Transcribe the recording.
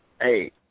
hey